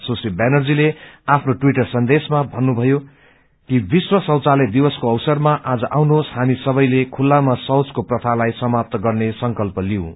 सुश्री वनर्जीले आफ्नो टवीट सन्देशमा भन्नुभयो विश्व शैचालय दिवसको अवसरामा आज आउनुहोस हामी सबै खुल्लामा शोचको प्रथालाई समाप्त गर्ने संकल्प लिऊँ